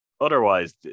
otherwise